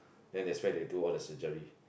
then that's why they do all the surgery